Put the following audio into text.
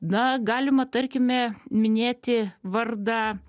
na galima tarkime minėti vardą